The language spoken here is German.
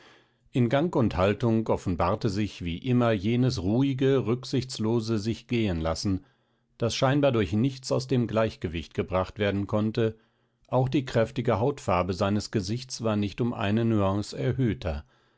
in gang und haltung offenbarte sich wie immer jenes ruhige rücksichtslose sichgehenlassen das scheinbar durch nichts aus dem gleichgewicht gebracht werden konnte auch die kräftige hautfarbe seines gesichts war nicht um eine nuance erhöhter